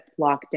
lockdown